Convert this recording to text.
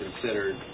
considered